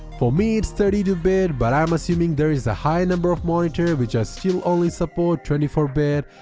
for me its thirty two bit, but i'm assume and there is a high number off monitors which ah still only support twenty four bit,